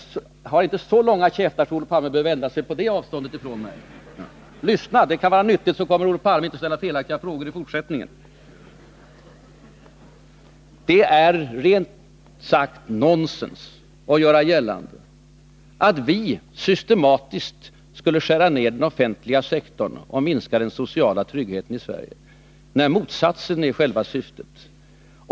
Jag har inte så lång käft att Olof Palme på det här avståndet behöver vända sig ifrån mig. Lyssna! Det kan vara nyttigt, för då kommer Olof Palme kanske inte att ställa felaktiga frågor i fortsättningen. Det är rent ut sagt nonsens att göra gällande att vi systematiskt skulle vilja skära ner den offentliga sektorn och minska den sociala tryggheten i Sverige, när motsatsen är själva syftet.